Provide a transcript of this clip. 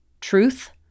truth